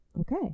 Okay